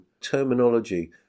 terminology